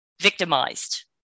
victimized